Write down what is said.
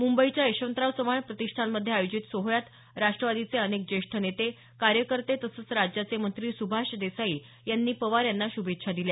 मुंबईच्या यशंवतराव चव्हाण प्रतिष्ठानमधे आयोजित सोहळ्यात राष्ट्रवादीचे अनेक ज्येष्ठ नेते कार्यकर्ते तसंच राज्याचे मंत्री सुभाष देसाई यांनी पवार यांना शुभेच्छा दिल्या